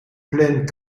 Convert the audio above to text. pleine